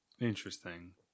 Interesting